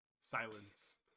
silence